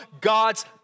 God's